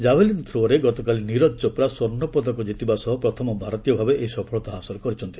javelin ଥ୍ରୋରେ ଗତକାଲି ନିରଜ ଚୋପ୍ରା ସ୍ୱର୍ଷପଦକ ଜିତିବା ସହ ପ୍ରଥମ ଭାରତୀୟ ଭାବେ ଏହି ସଫଳତା ହାସଲ କରିଛନ୍ତି